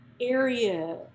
area